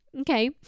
Okay